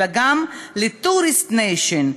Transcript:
אלא גם ל-Tourist nation,